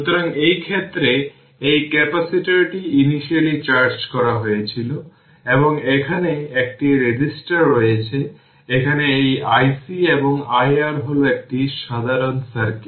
সুতরাং এই ক্ষেত্রে এই ক্যাপাসিটরটি ইনিশিয়ালী চার্জ করা হয়েছিল এবং এখানে একটি রেজিস্টর রয়েছে এখানে এই iC এবং iR হল একটি সাধারণ সার্কিট